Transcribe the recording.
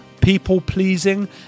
people-pleasing